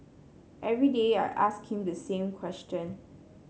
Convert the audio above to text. every day I ask him the same question